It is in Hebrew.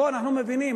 אנחנו מבינים,